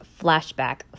flashback